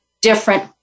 different